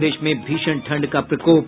प्रदेश में भीषण ठंड का प्रकोप